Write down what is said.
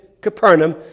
Capernaum